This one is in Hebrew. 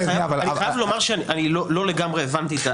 אני חייב לומר שלא לגמרי הבנתי.